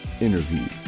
interview